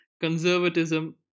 conservatism